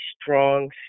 strong